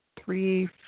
three